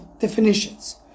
definitions